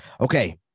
Okay